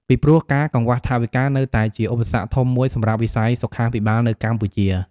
ពីព្រោះ ការកង្វះថវិកា នៅតែជាឧបសគ្គធំមួយសម្រាប់វិស័យសុខាភិបាលកម្ពុជា។